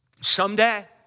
someday